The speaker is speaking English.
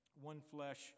one-flesh